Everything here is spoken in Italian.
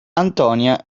antonia